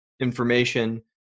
information